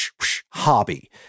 hobby